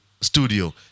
studio